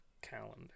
Calendar